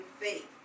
faith